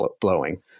blowing